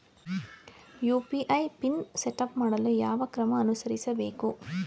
UPI PIN setup ಮಾಡಲು ಯಾವ ಕ್ರಮ ಅನುಸರಿಸಬೇಕು?